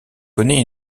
connaît